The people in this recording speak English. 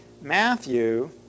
Matthew